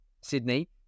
Sydney